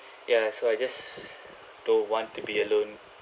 ya so I just don't want to be alone